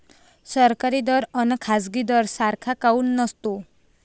सरकारी दर अन खाजगी दर सारखा काऊन नसतो?